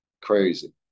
crazy